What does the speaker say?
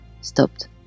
stopped